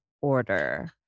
order